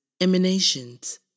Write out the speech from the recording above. emanations